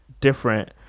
different